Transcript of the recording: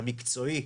המקצועי,